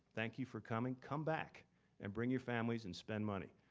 thank you for coming. come back and bring your families and spend money,